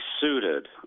suited